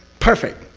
perfect!